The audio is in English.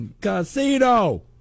Casino